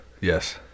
Yes